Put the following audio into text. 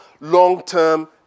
long-term